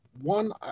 One